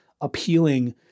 appealing